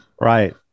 right